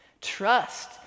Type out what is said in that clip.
Trust